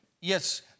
Yes